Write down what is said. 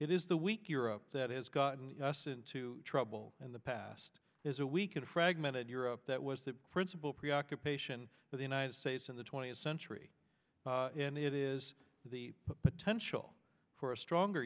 it is the weak europe that has gotten us into trouble in the past it is a week of fragmented europe that was the principal preoccupation for the united states in the twentieth century and it is the potential for a stronger